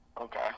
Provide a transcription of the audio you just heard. Okay